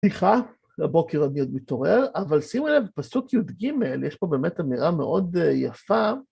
סליחה, לבוקר אני עוד מתעורר, אבל שימו לב, פסוק י"ג יש פה באמת אמירה מאוד יפה.